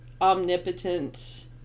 omnipotent